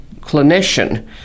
clinician